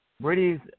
Brady's